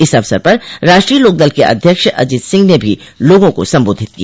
इस अवसर पर राष्ट्रीय लोकदल के अध्यक्ष अजित सिंह ने भी लोगों को संबोधित किया